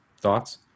Thoughts